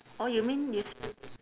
orh you mean you sp~